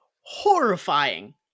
Horrifying